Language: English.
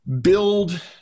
build